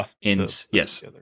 Yes